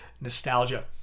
nostalgia